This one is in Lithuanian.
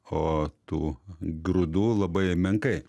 o tų grūdų labai menkai